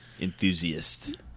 enthusiast